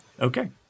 okay